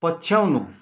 पछ्याउनु